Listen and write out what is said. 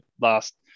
last